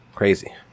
Crazy